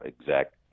exact